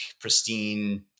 pristine